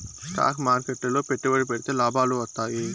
stock మార్కెట్లు లో పెట్టుబడి పెడితే లాభాలు వత్తాయి